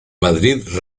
madrid